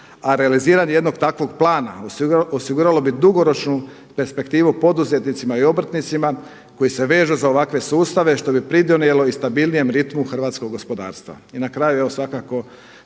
a realiziranje jednog takvog plana osiguralo bi dugoročnu perspektivu poduzetnicima i obrtnicima koji se vežu za ovakve sustave što bi pridonijelo i stabilnijem ritmu hrvatskog gospodarstva.